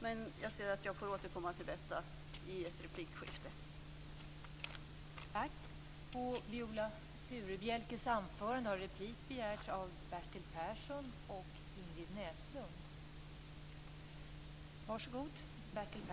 Men jag får återkomma till detta i ett replikskifte.